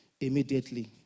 immediately